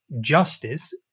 justice